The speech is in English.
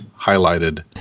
highlighted